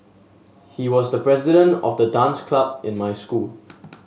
he was the president of the dance club in my school